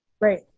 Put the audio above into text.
Right